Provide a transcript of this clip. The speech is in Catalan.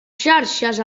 xarxes